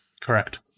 correct